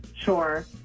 Sure